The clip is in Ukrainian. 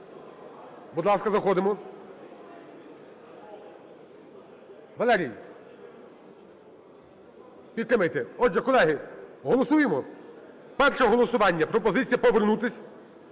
Будь ласка, заходимо. Валерій, підтримайте. Отже, колеги, голосуємо? Перше голосування. Пропозиція повернутись